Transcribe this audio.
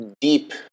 deep